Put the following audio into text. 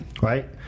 Right